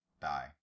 die